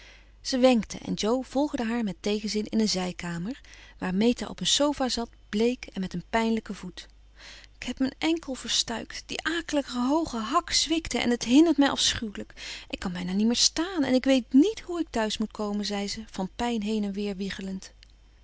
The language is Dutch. ze wenkte en jo volgde haar met tegenzin in een zijkamer waar meta op een sofa zat bleek en met een pijnlijken voet ik heb mijn enkel verstuikt die akelige hooge hak zwikte en t hindert mij afschuwelijk ik kan bijna niet meer staan en ik weet niet hoe ik thuis moet komen zei ze van pijn heen en weer wiegelend